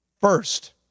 first